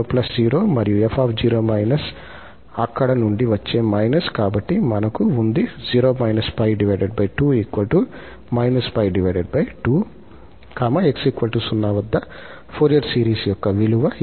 𝑓 0 0 మరియు𝑓 0− అక్కడ నుండి వచ్చే − కాబట్టి మనకు ఉంది 𝑥 0 వద్ద ఫోరియర్ సిరీస్ యొక్క విలువ